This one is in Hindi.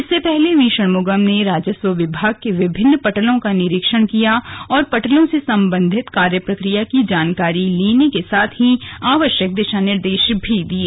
इससे पहले वी षणमुगम ने राजस्व विभाग के विभिन्न पटलों का निरीक्षण किया और पटलों से सम्बन्धित कार्य प्रक्रिया की जानकारी लेने के साथ ही आवश्यक दिशा निर्देश दिये